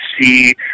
see